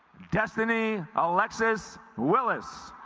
destiny alexis willis